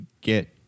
get